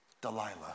Delilah